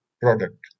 product